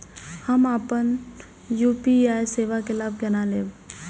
हम अपन यू.पी.आई सेवा के लाभ केना लैब?